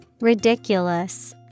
Ridiculous